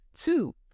two